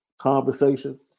conversation